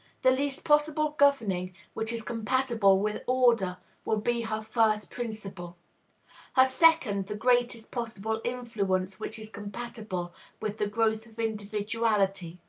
the least possible governing which is compatible with order will be her first principle her second, the greatest possible influence which is compatible with the growth of individuality.